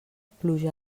pluja